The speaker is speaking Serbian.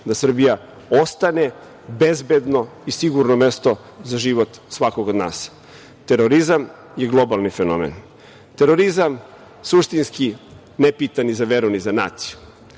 da Srbija ostane bezbedno i sigurno mesto za život svakog od nas. Terorizam je globalni fenomen. Terorizam suštinski ne pita ni za veru ni za naciju.